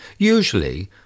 Usually